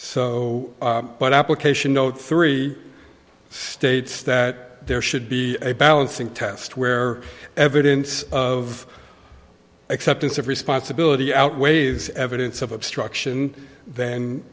so but application note three states that there should be a balancing test where evidence of acceptance of responsibility outweighs evidence of obstruction th